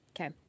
Okay